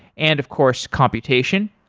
and of course computation.